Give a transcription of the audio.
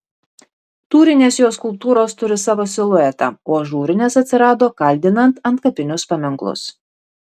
tūrinės jo skulptūros turi savo siluetą o ažūrinės atsirado kaldinant antkapinius paminklus